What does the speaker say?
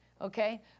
Okay